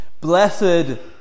Blessed